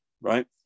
right